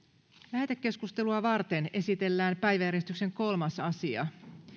lähetekeskustelua varten esitellään päiväjärjestyksen kolmas asia